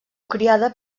criada